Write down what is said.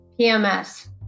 PMS